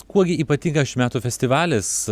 kuo gi ypatingas šių metų festivalis